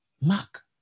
mark